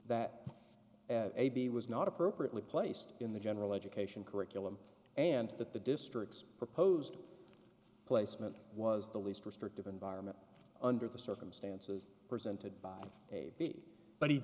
that a b was not appropriately placed in the general education curriculum and that the district's proposed placement was the least restrictive environment under the circumstances presented by